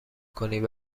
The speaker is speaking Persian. کنید